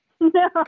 no